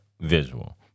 visual